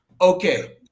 okay